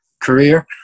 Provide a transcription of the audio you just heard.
career